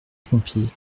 pompier